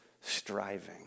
striving